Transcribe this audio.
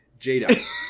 Jada